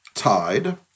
Tide